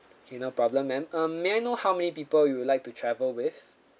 okay no problem ma'am uh may I know how many people you would like to travel with